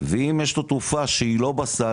ואם יש לו תרופה שהיא לא בסל,